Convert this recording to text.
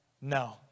No